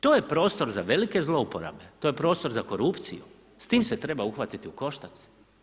To je prostor za velike zlouporabe, to je prostor za korupciju, s tim se treba uhvatiti u koštac.